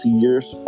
years